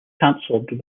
canceled